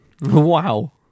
Wow